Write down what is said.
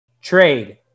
Trade